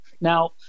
now